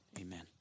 amen